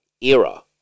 era